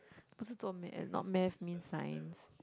eh Math not Math mean Science